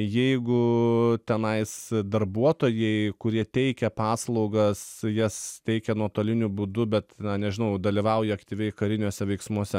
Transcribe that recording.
jeigu tenais darbuotojai kurie teikia paslaugas jas teikia nuotoliniu būdu bet na nežinau dalyvauja aktyviai kariniuose veiksmuose